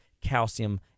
calcium